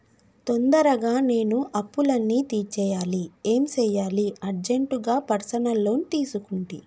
తొందరగా నేను అప్పులన్నీ తీర్చేయాలి ఏం సెయ్యాలి అర్జెంటుగా పర్సనల్ లోన్ తీసుకుంటి